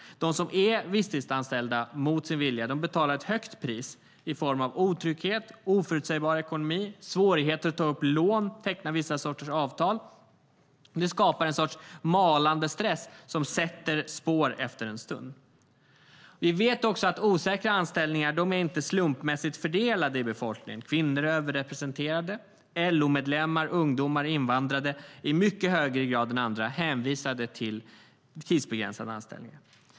De som är visstidsanställda mot sin vilja betalar ett högt pris i form av otrygghet, oförutsägbar ekonomi, svårigheter att ta upp lån och teckna vissa sorters avtal. Det skapar en sorts malande stress som sätter spår efter en stund. Vi vet också att osäkra anställningar inte är slumpmässigt fördelade i befolkningen. Kvinnor är överrepresenterade, och LO-medlemmar, ungdomar, invandrade är i mycket högre grad än andra hänvisade till tidsbegränsade anställningar.